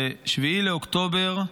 ב-7 באוקטובר,